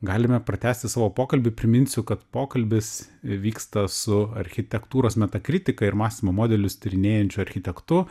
galime pratęsti savo pokalbį priminsiu kad pokalbis vyksta su architektūros metakritiką ir mąstymo modelius tyrinėjančiu architektu